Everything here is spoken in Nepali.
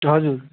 हजुर